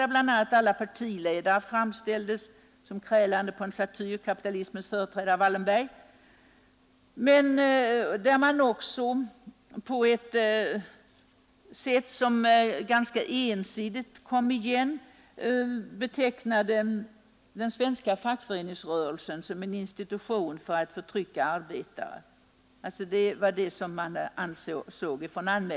Där framställdes alla partiledarna såsom krälande på en satyr — kapitalismens företrädare Wallenberg. Man ansåg det vidare vara utmanande att den svenska fackföreningsrörelsen betecknats som en institution för att förtrycka arbetare.